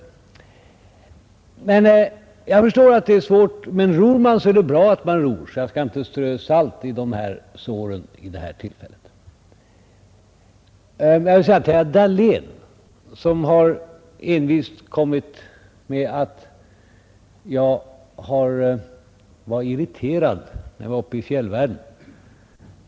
Jag förstår att det är svårt. Men om man ror, så är det bra att man ror, och jag skall därför inte nu vid detta tillfälle strö salt i såren. Sedan några ord till herr Dahlén, som förklarade att jag var irriterad uppe i fjällvärlden.